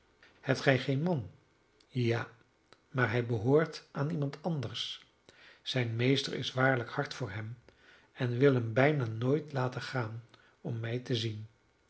hebt gij geen man ja maar hij behoort aan iemand anders zijn meester is waarlijk hard voor hem en wil hem bijna nooit laten gaan om mij te zien